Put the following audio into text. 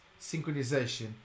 synchronization